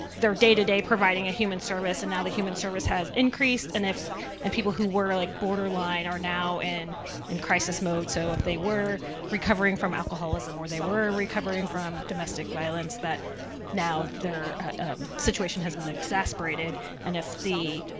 their day to day providing a human service and now the human service has increased. and and people who were like borderlined are now in and crisis mode. so if they were recovering from alcoholism or they were recovering from domestic violence, that now their situation has been exasperated and if the,